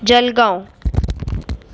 Jalgaon